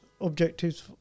objectives